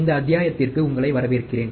இந்த அத்தியாயத்திற்கு உங்களை வரவேற்கிறேன்